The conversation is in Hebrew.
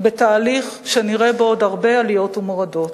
בתהליך שנראה בו עוד הרבה עליות ומורדות.